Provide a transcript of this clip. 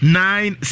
nine